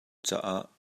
caah